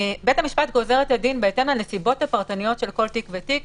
בית המשפט גוזר את הדין בהתאם לנסיבות הפרטניות של כול תיק ותיק,